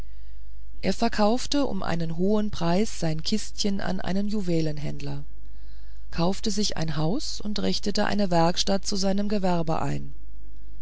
er verkaufte um einen hohen preis sein kistchen an einen juwelenhändler kaufte sich ein haus und richtete eine werkstatt zu seinem gewerbe ein